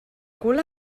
cul